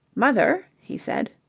mother, he said.